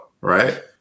right